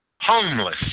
homeless